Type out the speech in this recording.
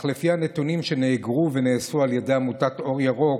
לפי הנתונים שנאגרו ונאספו על ידי עמותת אור ירוק,